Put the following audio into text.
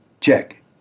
Check